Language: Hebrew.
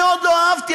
שמאוד לא אהבתי,